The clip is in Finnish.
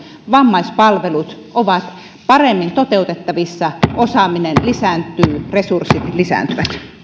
vammaispalvelut ovat paremmin toteutettavissa osaaminen lisääntyy resurssit lisääntyvät